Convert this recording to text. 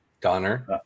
Donner